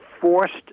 forced